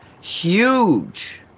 huge